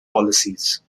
policies